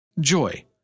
Joy